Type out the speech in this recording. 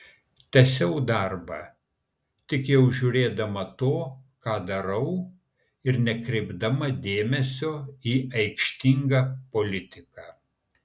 tęsiau darbą tik jau žiūrėdama to ką darau ir nekreipdama dėmesio į aikštingą politiką